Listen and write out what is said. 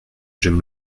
j’aime